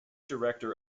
director